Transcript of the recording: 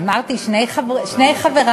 אמרתי: שני חברי.